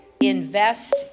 invest